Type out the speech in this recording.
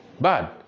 bad